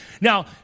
Now